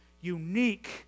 unique